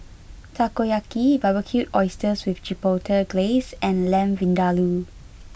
Takoyaki Barbecued Oysters with Chipotle Glaze and Lamb Vindaloo